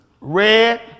red